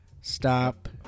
stop